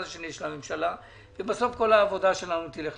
השני של הממשלה ובסוף כל העבודה שלנו תצא לריק.